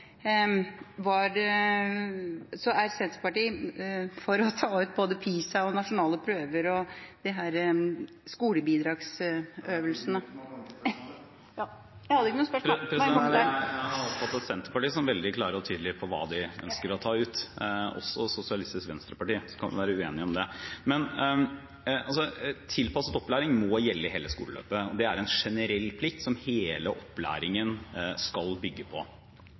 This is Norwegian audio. var inne på til slutt, om hva vi ville ta ut da vi gikk til kamp mot mål og resultater, er Senterpartiet for å ta ut både PISA, nasjonale prøver og … Da er tiden ute, og representanten må komme til spørsmålet. Jeg hadde ikke noe spørsmål. Jeg har oppfattet Senterpartiet som veldig klare og tydelige på hva de ønsker å ta ut, og også Sosialistisk Venstreparti. Så kan vi være uenige om det. Tilpasset opplæring må gjelde i hele